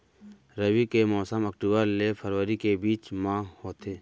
रबी के मौसम अक्टूबर ले फरवरी के बीच मा होथे